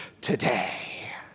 today